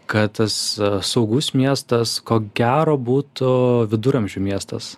kad tas saugus miestas ko gero būtų viduramžių miestas